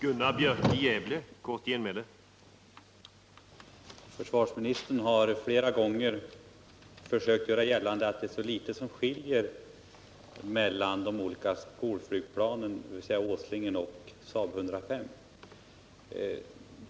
Herr talman! Försvarsministern har flera gånger försökt göra gällande att det bara är litet som skiljer mellan de båda skolflygplanen Åslingen och Saab 105.